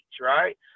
right